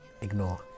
ignore